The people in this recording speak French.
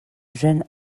jeune